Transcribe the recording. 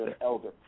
elder